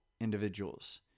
individuals